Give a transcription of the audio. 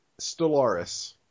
Stellaris